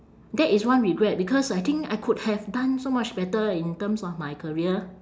that is one regret because I think I could have done so much better in terms of my career